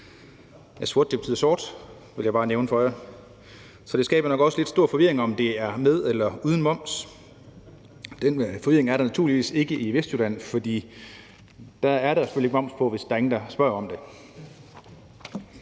grad er swåt; swåt betyder sort. Det vil jeg bare lige nævne for jer, og det skaber nok også lidt stor forvirring om, om det er med eller uden moms. Den frihed er der jo naturligvis ikke i Vestjylland, for der er der naturligvis moms på, hvis ingen spørger om det.